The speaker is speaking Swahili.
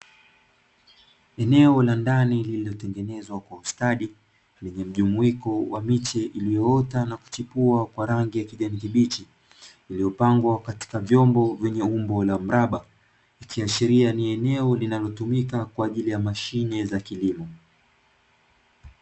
Eneo la ndani, lililotengenezwa kwa ustadi, lenye mjumuiko wa miche, iliyo ota na kuchipua kwa rangi ya kijani kibichi iliyopandwa katika vyombo vyenye umbo la mraba ikiashiria ni eneo linalotumika kwa ajili ya shughuli za kilimo.